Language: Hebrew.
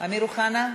אמיר אוחנה,